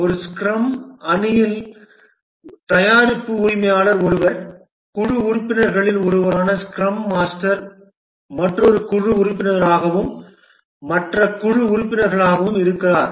ஒரு ஸ்க்ரம் அணியில் தயாரிப்பு உரிமையாளர் ஒருவர் குழு உறுப்பினர்களில் ஒருவரான ஸ்க்ரம் மாஸ்டர் மற்றொரு குழு உறுப்பினராகவும் மற்ற குழு உறுப்பினர்களாகவும் இருக்கிறார்